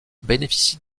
bénéficie